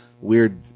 weird